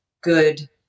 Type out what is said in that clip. good